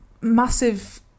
massive